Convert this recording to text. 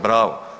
Bravo!